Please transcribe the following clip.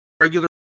regular